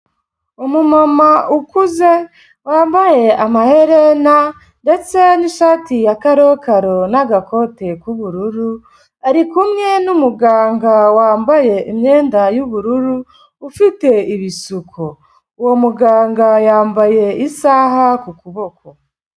Umumama ukuze wambaye amaherena ndetse n'ishati ya karokaro n'agakote k'ubururu, ari kumwe n'umuganga wambaye imyenda y'ubururu ufite ibisuko. Uwo muganga yambaye isaha ku kuboko.